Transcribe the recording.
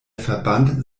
verband